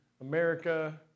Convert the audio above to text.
America